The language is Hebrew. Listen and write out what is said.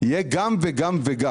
יהיה גם, גם וגם.